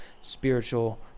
spiritual